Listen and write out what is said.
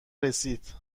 رسید